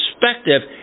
perspective